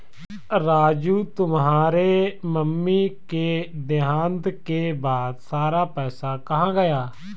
राजू तुम्हारे मम्मी के देहांत के बाद सारा पैसा कहां गया?